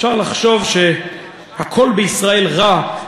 אפשר לחשוב שהכול בישראל רע,